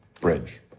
bridge